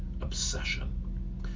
obsession